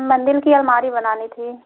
मंदिर की अलमारी बनानी थी